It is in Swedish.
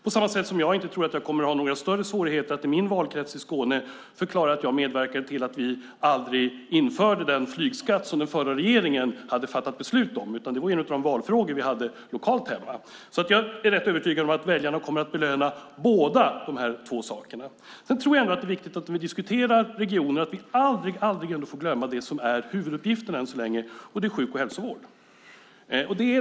På samma sätt tror jag inte heller att jag i min valkrets i Skåne kommer att ha några större svårigheter att förklara att jag medverkade till att vi aldrig införde den flygskatt som den förra regeringen hade fattat beslut om. Det var en av de valfrågor vi hade lokalt. Jag är rätt övertygad om att väljarna kommer att belöna båda dessa saker. När vi diskuterar regionen är det viktigt att vi aldrig glömmer det som än så länge är dess huvuduppgift, nämligen sjuk och hälsovård.